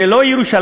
זה לא "ירושלים",